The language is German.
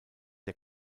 der